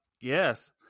Yes